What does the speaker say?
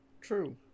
True